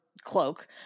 cloak